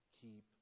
Keep